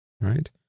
Right